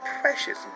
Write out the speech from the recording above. precious